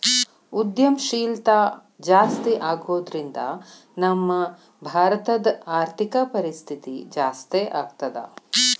ಉದ್ಯಂಶೇಲ್ತಾ ಜಾಸ್ತಿಆಗೊದ್ರಿಂದಾ ನಮ್ಮ ಭಾರತದ್ ಆರ್ಥಿಕ ಪರಿಸ್ಥಿತಿ ಜಾಸ್ತೇಆಗ್ತದ